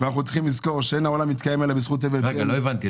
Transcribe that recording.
עלינו לזכור שאין העולם מתקיים אלא בזכות --- לא הבנתי.